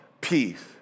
peace